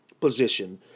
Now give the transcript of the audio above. position